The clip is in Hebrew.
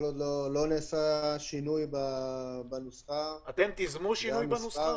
כל עוד לא נעשה שינוי בנוסחה -- האם אתם תיזמו שינוי בנוסחה?